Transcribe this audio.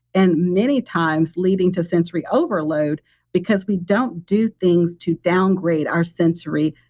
and many times leading to sensory overload because we don't do things to downgrade our sensory,